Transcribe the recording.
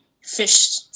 fish